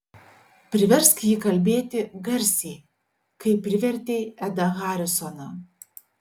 priversk jį kalbėti garsiai kaip privertei edą harisoną